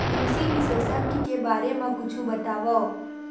कृषि विशेषज्ञ के बारे मा कुछु बतावव?